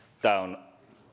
tämä on